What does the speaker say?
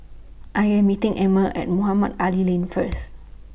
I Am meeting Amber At Mohamed Ali Lane First